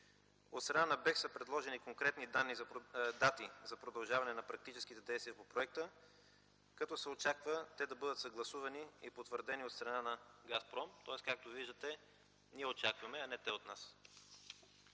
холдинг са предложени конкретни дати за продължаване на практическите действия по проекта, като се очаква те да бъдат съгласувани и потвърдени от страна на „Газпром”. Както виждате, ние очакваме, а не те от нас.